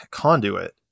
conduit